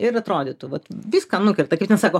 ir atrodytų vat viską nukerta kaip ten sako